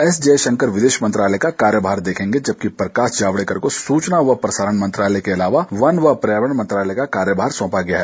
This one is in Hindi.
एस जयशंकर विदेश मंत्रालय का कार्यभार देखेंगे जबकि प्रकाश जावडेकर को सूचना व प्रसारण मंत्रालय के अलावा वन व पर्यावरण मंत्रालय का कार्यभार सौंपा गया है